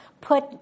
put